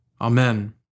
Amen